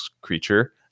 creature